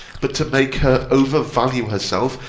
but to make her overvalue herself,